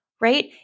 right